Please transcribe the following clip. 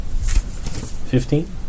fifteen